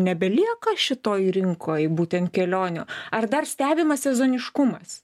nebelieka šitoj rinkoj būtent kelionių ar dar stebimas sezoniškumas